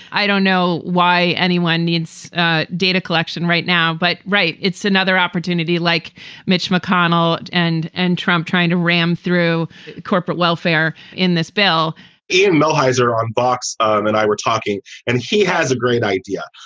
i don't know why anyone needs data collection right now. but right. it's another opportunity like mitch mcconnell and and trump trying to ram through corporate welfare in this bill ian millhiser on box um and i were talking and she has a great idea.